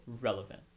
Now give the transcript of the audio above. relevant